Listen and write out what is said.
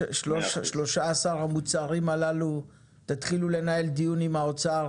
13 המוצרים הללו, תתחילו לנהל דיון עם האוצר